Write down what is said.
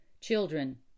Children